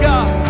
God